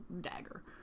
dagger